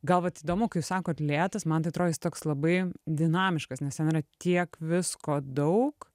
gal vat įdomu kai jūs sakot lėtas man tai atrodo jis toks labai dinamiškas nes ten yra tiek visko daug